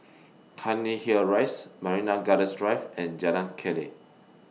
Cairnhill Rise Marina Gardens Drive and Jalan Keli